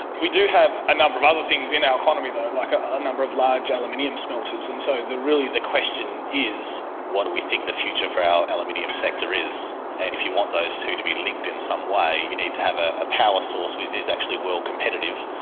we do have a number of other things in our economy though, like ah a number of large aluminium smelters. and so really the question is what do we think the future for our aluminium sector is, and if you want those two to be linked in some way we need to have ah a power source which is is actually world competitive.